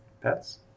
Pets